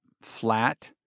flat